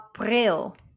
April